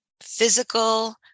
physical